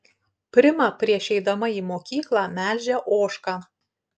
prima prieš eidama į mokyklą melžia ožką